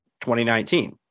2019